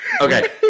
Okay